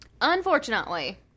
Unfortunately